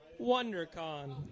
WonderCon